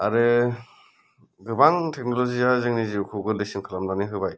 आरो गोबां टेक्न'ल'जि या जोंनि जिउखौ गोरलैसिन खालामनानै होबाय